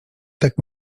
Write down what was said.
tak